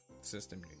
system